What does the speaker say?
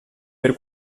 per